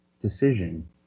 decision